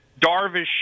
Darvish